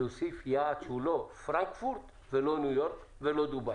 להוסיף יעד שהוא לא פרנקפורט ולא ניו-יורק ולא דובאי?